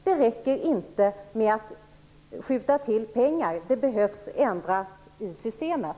Det räcker inte med att skjuta till pengar, utan vad som behövs är att det ändras i systemet.